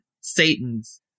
satans